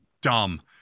dumb